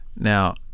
Now